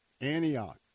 Antioch